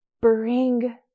bring